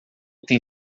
tem